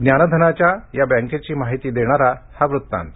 ज्ञानधनाच्या या बँकेची माहिती देणारा हा वृत्तांत